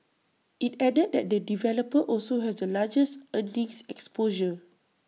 IT added that the developer also has the largest earnings exposure